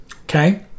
okay